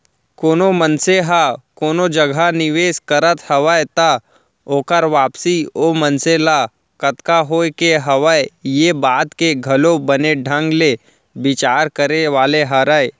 कोनो मनसे ह कोनो जगह निवेस करत हवय त ओकर वापसी ओ मनसे ल कतका होय के हवय ये बात के घलौ बने ढंग ले बिचार करे वाले हरय